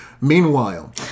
Meanwhile